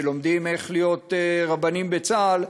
שלומדים איך להיות רבנים בצה"ל,